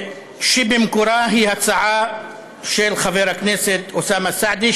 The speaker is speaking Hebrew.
שבמקורה היא הצעה של חבר הכנסת אוסאמה סעדי,